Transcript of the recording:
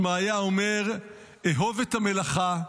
שמעיה אומר: אהב את המלאכה,